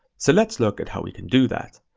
so let's look at how we can do that.